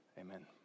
amen